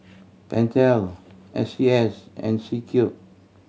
Pentel S C S and C Cube